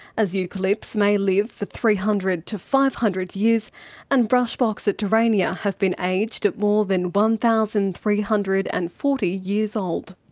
as eucalypts may live for three hundred to five hundred years and brush box at terania have been aged at more than one thousand three hundred and forty years old.